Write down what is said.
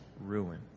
ruin